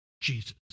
Jesus